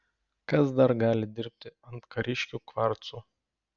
kas dar gali dirbti ant kariškių kvarcų